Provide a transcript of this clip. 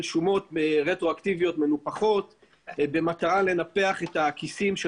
שומות רטרואקטיביות מנופחות במטרה לנפח את הכיסים של